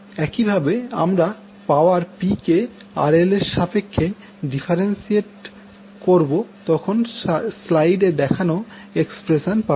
একইভাব যখন আমরা power P কে RL এর সাপেক্ষে ডিফারেন্সিয়েট করবো তখন স্লাইডে দেখানো এক্সপ্রেসন পাবো